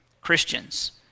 Christians